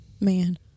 man